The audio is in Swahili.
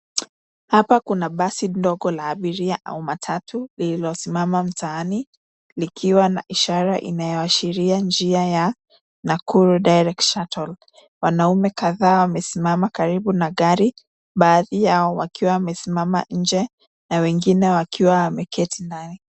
Hapa kuna basi ndogo la abiria au matatu lililosimama mtaani, likiwa na ishara inayoashiria njia ya Nakuru direct shuttle . Wanaume kadhaa wamesimama karibu na gari, baadhi yao wakiwa wamesimama nje na wengine wakiwa wameketi ndani.